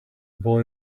boy